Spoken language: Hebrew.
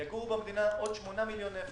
יגורו במדינה עוד 8 מיליון נפש.